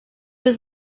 was